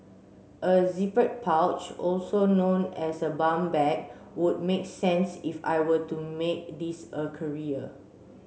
a zippered pouch also known as a bum bag would make sense if I were to make this a career